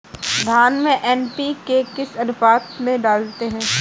धान में एन.पी.के किस अनुपात में डालते हैं?